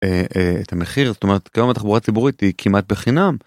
את המחיר זאת אומרת גם אם התחבורה הציבורית היא כמעט בחינם.